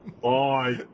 Bye